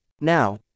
Now